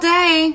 day